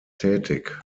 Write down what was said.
tätig